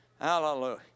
Hallelujah